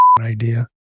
idea